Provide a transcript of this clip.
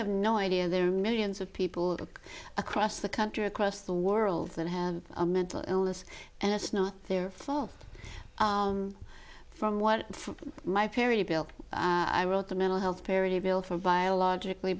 have no idea there are millions of people across the country across the world that have a mental illness and it's not their fault from what my peri built at the mental health parity bill for biologically